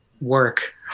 work